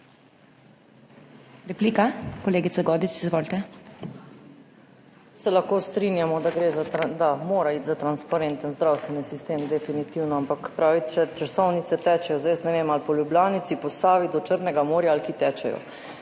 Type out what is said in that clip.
Replika. Kolegica Godec, izvolite. **JELKA GODEC (PS SDS):** Se lahko strinjamo, da mora biti za transparenten zdravstveni sistem, definitivno, ampak pravite, časovnice tečejo. Jaz ne vem, ali po Ljubljanici, po Savi do Črnega morja, ali kje tečejo.